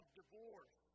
divorce